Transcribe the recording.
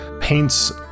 paints